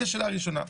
זו שאלה ראשונה.